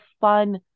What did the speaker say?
fun